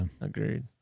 Agreed